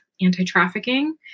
anti-trafficking